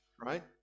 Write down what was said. right